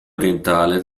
orientale